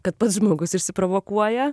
kad pats žmogus išsiprovokuoja